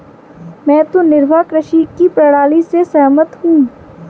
मैं तो निर्वाह कृषि की प्रणाली से सहमत हूँ